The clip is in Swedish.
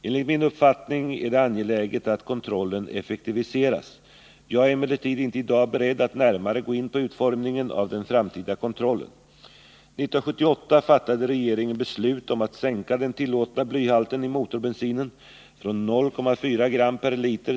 Enligt min uppfattning är det angeläget att kontrollen effektiviseras. Jag är emellertid inte i dag beredd att närmare gå in på utformningen av den framtida kontrollen.